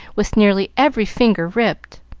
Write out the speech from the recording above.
with nearly every finger ripped.